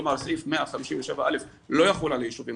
כלומר סעיף 157א' לא יחול על יישובים